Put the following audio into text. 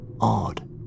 Odd